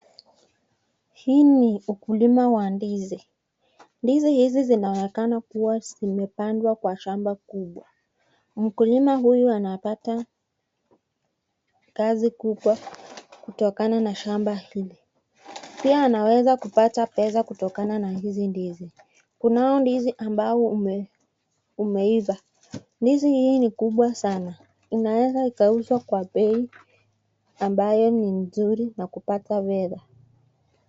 Hii ni ukulima wa ndizi ndizi hizi zinaonekana kuwa zimepandwa kwa shamba kubwa. Mkulima huyu anapata kazi kubwa kutokana na shamba hili. Pia anaweza kupata pesa kutokana na hizi ndizi kunao ndizi ambao umeiva ndizi hizi ni kubwa sana unaweza ikauza kwa bei ambayo ni mzuri na kupata fedha.